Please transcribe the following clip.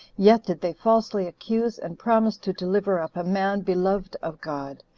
yet did they falsely accuse and promise to deliver up a man beloved of god,